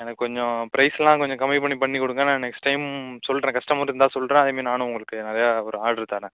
எனக்கு கொஞ்சம் ப்ரைஸ்லாம் கொஞ்சம் கம்மி பண்ணி பண்ணி கொடுங்க நான் நெக்ஸ்ட் டைம் சொல்கிறேன் கஸ்டமர் இருந்தால் சொல்லுறேன் அதே மாதிரி நானும் உங்களுக்கு ஆர்ட்ரு தரேன்